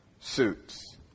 suits